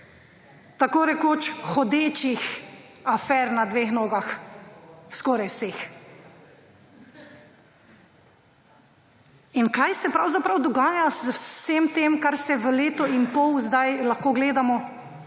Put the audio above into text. Tako rekoč hodečih afer na dveh nogah, skoraj vseh. Kaj se pravzaprav dogaja z vsem tem, kar v letu in pol sedaj lahko gledamo?